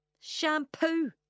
Shampoo